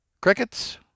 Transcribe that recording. Crickets